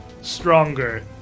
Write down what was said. stronger